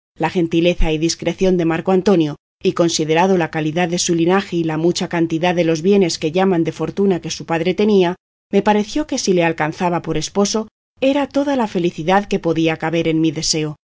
la gentileza y discreción de marco antonio y considerado la calidad de su linaje y la mucha cantidad de los bienes que llaman de fortuna que su padre tenía me pareció que si le alcanzaba por esposo era toda la felicidad que podía caber en mi deseo